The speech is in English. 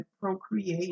procreate